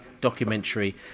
documentary